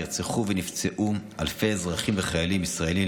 נרצחו ונפצעו אלפי אזרחים וחיילים ישראלים.